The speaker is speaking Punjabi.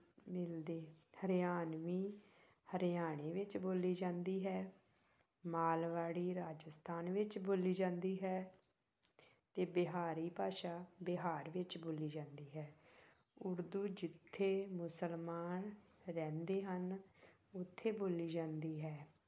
ਮਿਲਦੇ ਹਰਿਆਣਵੀ ਹਰਿਆਣੇ ਵਿੱਚ ਬੋਲੀ ਜਾਂਦੀ ਹੈ ਮਾਲਵਾੜੀ ਰਾਜਸਥਾਨ ਵਿੱਚ ਬੋਲੀ ਜਾਂਦੀ ਹੈ ਅਤੇ ਬਿਹਾਰੀ ਭਾਸ਼ਾ ਬਿਹਾਰ ਵਿੱਚ ਬੋਲੀ ਜਾਂਦੀ ਹੈ ਉਰਦੂ ਜਿੱਥੇ ਮੁਸਲਮਾਨ ਰਹਿੰਦੇ ਹਨ ਉੱਥੇ ਬੋਲੀ ਜਾਂਦੀ ਹੈ